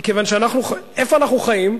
מכיוון שאיפה אנחנו חיים?